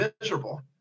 miserable